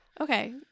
Okay